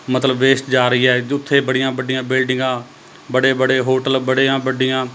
ਮਤਲਬ ਵੇਸਟ ਜਾ ਰਹੀ ਹੈ ਬੜੀਆਂ ਵੱਡੀਆਂ ਬਿਲਡਿੰਗਾਂ ਬੜੇ ਬੜੇ ਹੋਟਲ ਬੜੀਆਂ ਵੱਡੀਆ